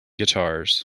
guitars